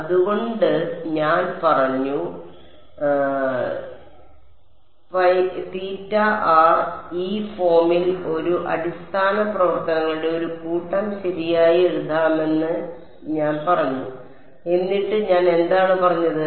അതുകൊണ്ട് ഞാൻ പറഞ്ഞു ഈ ഫോമിൽ ഒരു അടിസ്ഥാന പ്രവർത്തനങ്ങളുടെ ഒരു കൂട്ടം ശരിയായി എഴുതാമെന്ന് ഞാൻ പറഞ്ഞു എന്നിട്ട് ഞാൻ എന്താണ് പറഞ്ഞത്